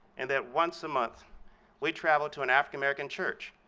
and that once a month we travel to an african-american church,